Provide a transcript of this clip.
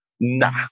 Nah